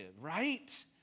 right